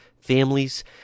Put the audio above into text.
families